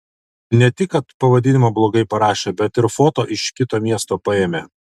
ne tik kad pavadinimą blogai parašė bet ir foto iš kito miesto paėmė